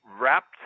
wrapped